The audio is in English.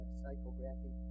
psychography